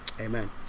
Amen